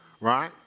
Right